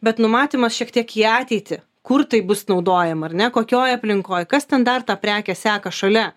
bet numatymas šiek tiek į ateitį kur tai bus naudojama ar ne kokioj aplinkoj kas ten dar tą prekę seka šalia